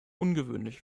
ungewöhnlich